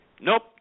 Nope